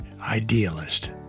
idealist